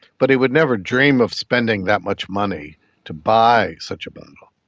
but he would never dream of spending that much money to buy such a bottle.